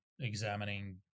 examining